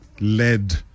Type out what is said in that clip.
led